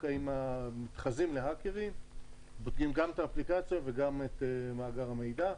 שמתחזים להאקרים בודקים גם את האפליקציה וגם את מאגר המידע.